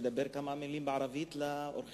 לדבר כמה מלים בערבית לאורחינו?